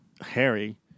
Harry